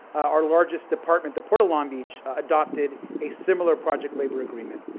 our largest department, the port of long beach adopted a similar project labor agreement.